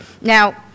Now